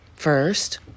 first